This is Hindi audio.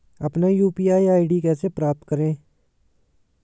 अपना यू.पी.आई आई.डी कैसे प्राप्त करें?